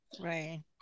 Right